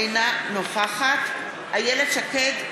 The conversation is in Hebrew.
אינה נוכחת איילת שקד,